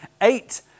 eight